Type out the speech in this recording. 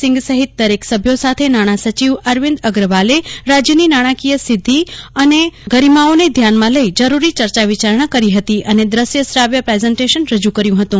સીંઘ સહિત દરેક સભ્યો સાથે નાણાં સચિવ અરવિંદ અગ્રવાલે રાજ્યની નાણાકીય સિદ્ધિ અને ભાવિ જરૂરિયાતોને ધ્યાનમાં લઇ જરૂરી ચર્ચા વિચારણા કરી હતી અને દ્રશ્ય શ્રાવ્ય પ્રેઝન્ટેશન રજુ કર્યું હતું